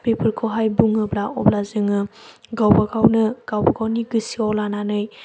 बेफोरखौहाय बुङोब्ला अब्ला जोङो गावबागावनो गावबागावनि गोसोआव लानानै